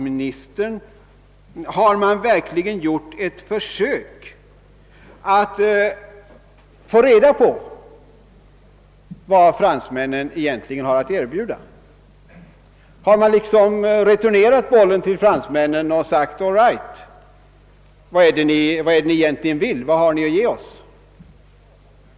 ministern: Har man verkligen gjort ett försök att få reda på vad fransmännen egentligen har att erbjuda? Har man liksom returnerat bollen till fransmännen och sagt: All right, vad är det egentligen ni vill, vad har ni att ge oss?